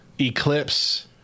eclipse